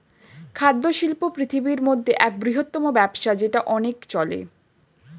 খাদ্য শিল্প পৃথিবীর মধ্যে এক বৃহত্তম ব্যবসা যেটা অনেক চলে